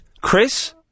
Chris